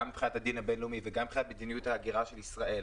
גם מבחינת הדין הבין-לאומי וגם מבחינת מדיניות ההגירה של ישראל,